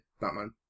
Batman